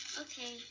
Okay